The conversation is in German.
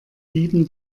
dieben